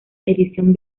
edición